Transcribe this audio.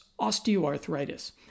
osteoarthritis